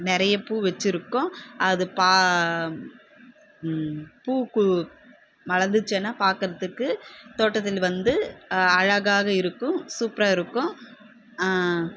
நிறைய பூ வச்சுருக்கோம் அது பா பூக்கு மலர்ந்துச்சுன்னா பார்க்குறதுக்கு தோட்டத்தில் வந்து அழகாக இருக்கும் சூப்பராக இருக்கும்